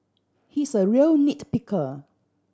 he's a real nit picker